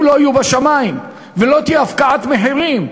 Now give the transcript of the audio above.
לא יהיו בשמים ולא תהיה הפקעת מחירים.